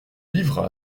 livres